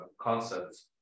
concepts